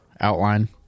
outline